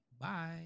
Bye